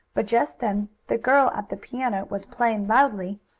but just then the girl at the piano was playing loudly,